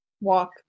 walk